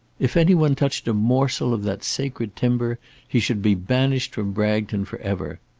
if any one touched a morsel of that sacred timber he should be banished from bragton for ever.